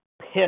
Piss